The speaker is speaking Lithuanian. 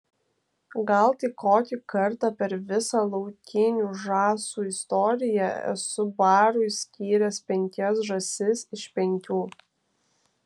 gal tik kokį kartą per visą laukinių žąsų istoriją esu barui skyręs penkias žąsis iš penkių